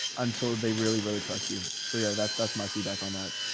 until they really, really trust you. so yeah. that's that's my feedback on that.